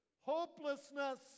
hopelessness